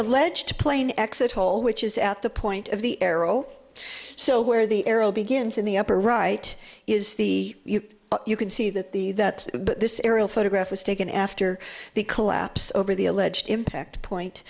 alleged plane exit hole which is at the point of the arrow so where the arrow begins in the upper right is the you can see that the that this aerial photograph was taken after the collapse over the alleged impact point